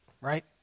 right